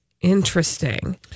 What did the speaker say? Interesting